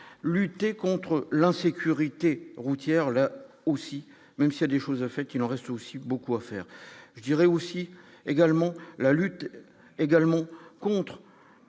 lutter contre l'insécurité routière, là aussi, même s'il a des choses à fait qu'il en reste aussi beaucoup à faire, je dirais aussi également la lutte également